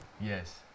Yes